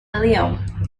lyon